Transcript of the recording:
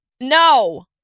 No